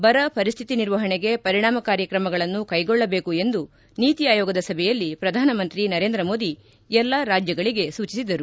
ಬರ ಪರಿಸ್ಥಿತಿ ನಿರ್ವಹಣೆಗೆ ಪರಿಣಾಮಕಾರಿ ಕ್ರಮಗಳನ್ನು ಕೈಗೊಳ್ಳಬೇಕು ಎಂದು ನೀತಿ ಆಯೋಗದ ಸಭೆಯಲ್ಲಿ ಪ್ರಧಾನಮಂತ್ರಿ ನರೇಂದ್ರಮೋದಿ ಎಲ್ಲಾ ರಾಜ್ಯಗಳಿಗೆ ಸೂಚಿಸಿದರು